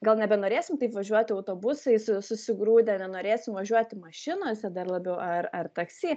gal nebenorėsim taip važiuoti autobusais susigrūdę nenorėsim važiuoti mašinose dar labiau ar ar taksi